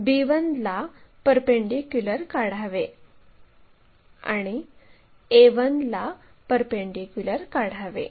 b1 ला perpendicular काढावे आणि a1 ला परपेंडीक्युलर काढावे